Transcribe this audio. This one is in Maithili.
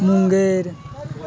मुङ्गेर